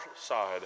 side